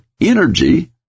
energy